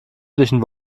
zwischen